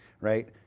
Right